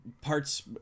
parts